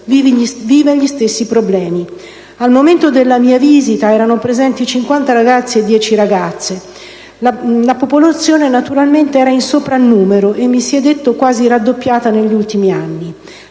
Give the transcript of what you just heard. vive gli stessi problemi. Al momento della mia visita erano presenti 50 ragazzi e 10 ragazze: la popolazione naturalmente era in soprannumero e - mi si è detto - quasi raddoppiata negli ultimi anni.